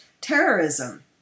terrorism